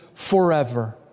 forever